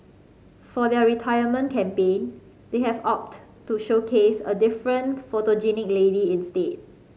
for their retirement campaign they have opted to showcase a different photogenic lady instead